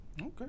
Okay